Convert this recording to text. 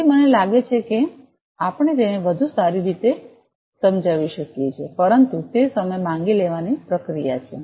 તેથી મને લાગે છે કે આપણે તેને વધુ સારી રીતે સમજાવી શકીએ છીએ પરંતુ તે સમય માંગી લેવાની પ્રક્રિયા છે